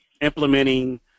implementing